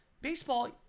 Baseball